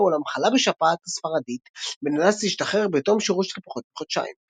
אולם חלה בשפעת הספרדית ונאלץ להשתחרר בתום שירות של פחות מחודשיים.